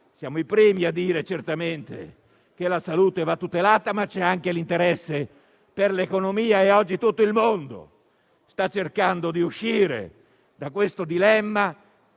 siamo i primi a dire che la salute va assolutamente tutelata - ma c'è anche l'interesse per l'economia. Oggi tutto il mondo sta cercando di uscire da questo dilemma